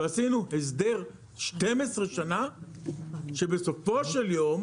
ועשינו הסדר 12 שנים שבסופו של יום,